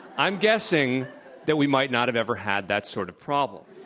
i'm guessing that we might not have ever had that sort of problem.